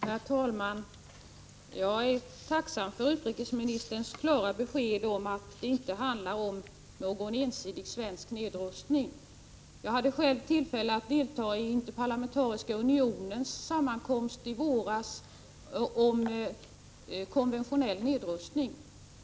Herr talman! Jag är tacksam för utrikesministerns klara besked om att det inte handlar om någon ensidig svensk nedrustning. Jag hade själv tillfälle att delta i Interparlamentariska unionens sammankomst i våras om konventionell nedrustning.